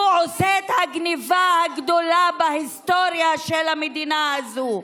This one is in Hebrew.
הוא עושה את הגנבה הגדולה בהיסטוריה של המדינה הזו.